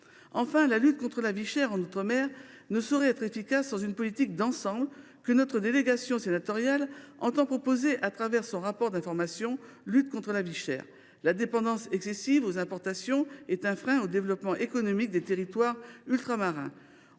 Enfin, la lutte contre la vie chère en outre mer ne peut être efficace sans une politique d’ensemble que notre délégation sénatoriale entend proposer dans son prochain rapport d’information sur la lutte contre la vie chère. La dépendance excessive aux importations est un frein au développement économique des territoires ultramarins.